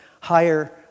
higher